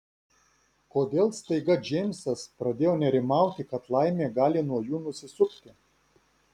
kodėl staiga džeimsas pradėjo nerimauti kad laimė gali nuo jų nusisukti